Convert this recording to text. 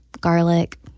garlic